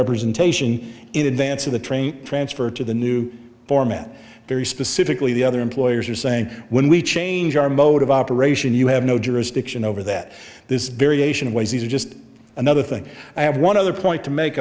representation in advance of the train transfer to the new format very specifically the other employers are saying when we change our mode of operation you have no jurisdiction over that this variation of ways these are just another thing i have one other point to make